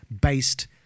based